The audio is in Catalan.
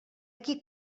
qui